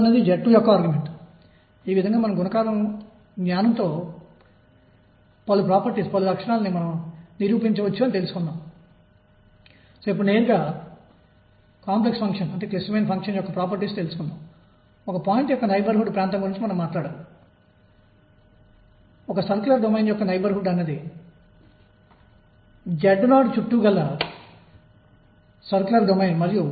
అది నాకు ఒక సమాధానం 2E12 ను ఇస్తుంది మరియు 2 నుండి 2 కి కొసైన్ 2 తీటా సమాకలనం విలువ అనేది 0